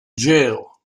jail